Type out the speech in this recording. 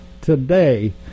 today